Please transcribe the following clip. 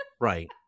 right